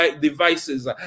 devices